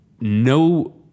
no